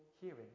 hearing